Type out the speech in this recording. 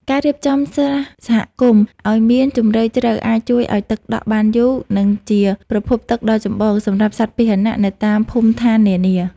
ការរៀបចំស្រះសហគមន៍ឱ្យមានជម្រៅជ្រៅអាចជួយឱ្យទឹកដក់បានយូរ និងជាប្រភពទឹកដ៏ចម្បងសម្រាប់សត្វពាហនៈនៅតាមភូមិឋាននានា។